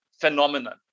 phenomenon